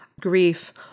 grief